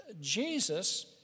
Jesus